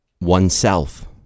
oneself